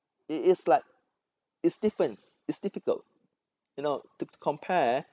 it is like it's different it's difficult you know to compare